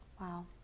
Wow